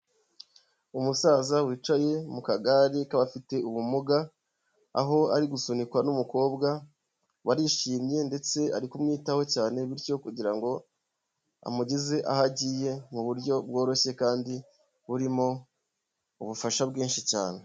Umusaza wicaye mu kagare k'abafite ubumuga, aho ari gusunikwa n'umukobwa, barishimye ndetse ari kumwitaho cyane bityo kugira ngo amugeze aho agiye mu buryo bworoshye kandi burimo ubufasha bwinshi cyane.